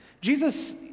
Jesus